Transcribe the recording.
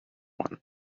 one